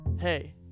Hey